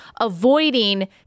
avoiding